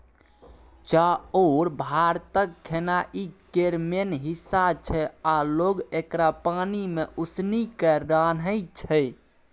चाउर भारतक खेनाइ केर मेन हिस्सा छै आ लोक एकरा पानि मे उसनि केँ रान्हय छै